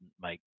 make